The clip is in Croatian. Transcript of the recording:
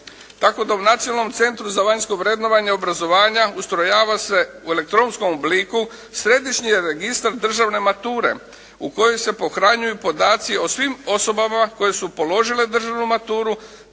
tako da u Nacionalnom centru za vanjsko vrednovanje obrazovanja ustrojava se u elektronskom obliku središnji registar državne mature u koji se pohranjuju podaci o svim osobama koje su položile državnu maturu,